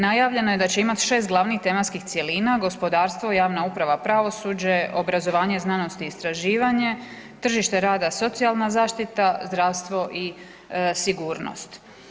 Najavljeno je da će imati 6 glavnih tematskih cjelina gospodarstvo, javna uprava, pravosuđe, obrazovanje, znanost i istraživanje, tržište rada, socijalna zaštita, zdravstvo i sigurnosti.